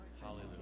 Hallelujah